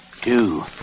Two